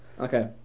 Okay